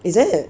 is it